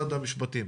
משרד המשפטים.